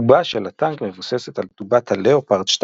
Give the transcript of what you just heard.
התובה של הטנק מבוססת על תובת הלאופרד 2